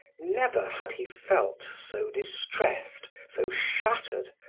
never had he felt so distressed, so shattered,